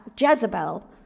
Jezebel